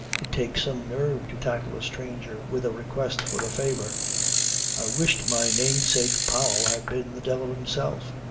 it takes some nerve to tackle a stranger with a request for a favour. i wished my namesake powell had been the devil himself.